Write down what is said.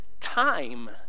time